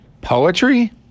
poetry